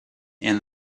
and